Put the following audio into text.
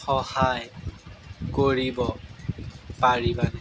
সহায় কৰিব পাৰিবানে